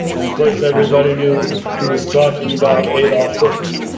and of course, everybody knew he was talking about adolph hitler.